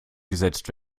gesetzt